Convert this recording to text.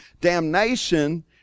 damnation